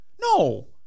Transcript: No